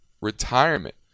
retirement